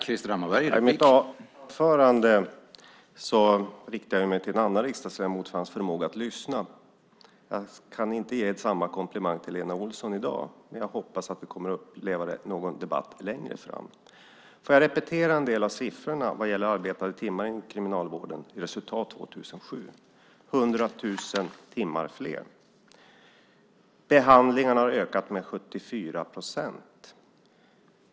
Herr talman! I mitt huvudanförande riktade jag mig till en annan riksdagsledamot för hans förmåga att lyssna. Jag kan inte i dag ge samma komplimang till Lena Olsson, men jag hoppas på att få uppleva det i någon debatt längre fram. Jag får kanske repetera en del av siffrorna vad gäller arbetade timmar inom kriminalvården och resultatet 2007. Det är nu 100 000 fler timmar. Behandlingarna har ökat med 74 procent.